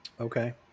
okay